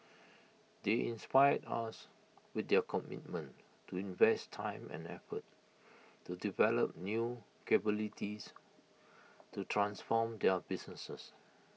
they inspire us with their commitment to invest time and effort to develop new capabilities to transform their businesses